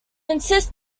insist